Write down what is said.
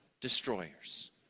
destroyers